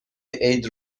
عید